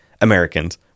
Americans